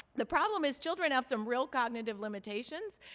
the problem is children have some real cognitive limitations.